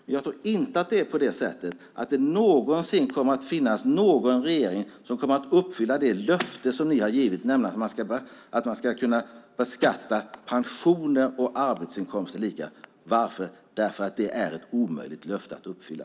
Men jag tror inte att det någonsin kommer att finnas en regering som kommer att uppfylla det löfte ni har gett, nämligen att man ska kunna beskatta pensioner och arbetsinkomster lika. Varför? Jo, därför att det är ett omöjligt löfte att uppfylla.